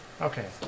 Okay